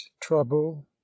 trouble